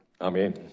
Amen